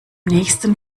nächsten